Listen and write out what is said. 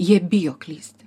jie bijo klysti